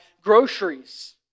groceries